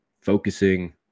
focusing